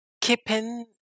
keeping